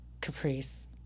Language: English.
Caprice